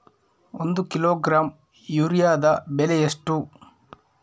ಒಂದು ಕಿಲೋಗ್ರಾಂ ಯೂರಿಯಾದ ಬೆಲೆ ಎಷ್ಟು?